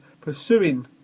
pursuing